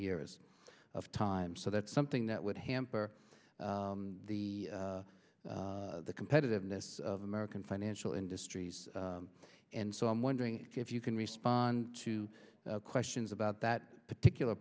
years of time so that's something that would hamper the competitiveness of american financial industries and so i'm wondering if you can respond to questions about that particular